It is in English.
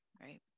right